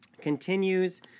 continues